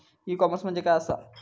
E commerce म्हणजे काय असा?